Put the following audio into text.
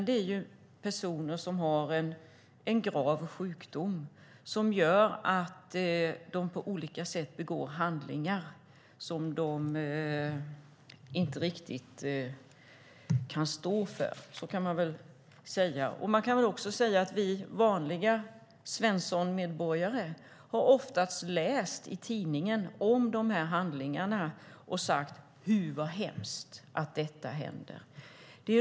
Det är personer som har en grav sjukdom som gör att de på olika sätt begår handlingar som de inte riktigt kan stå för; så kan man väl säga. Vi vanliga svenssonmedborgare har ofta läst i tidningar om dessa handlingar och sagt: Hu, vad hemskt att detta händer!